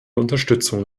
unterstützung